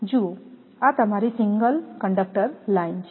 જુઓ આ તમારી સિંગલ કંડકટર લાઇન છે